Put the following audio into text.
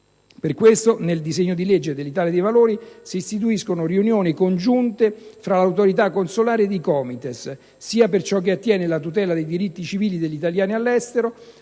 Per questo nel disegno di legge dell'Italia dei Valori si prevedono riunioni congiunte fra l'autorità consolare ed i Comites per ciò che attiene alla tutela dei diritti civili degli italiani all'estero,